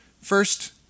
First